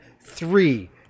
Three